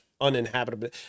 uninhabitable